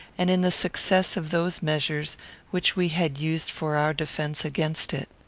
and in the success of those measures which we had used for our defence against it.